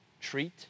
treat